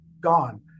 gone